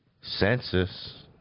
Census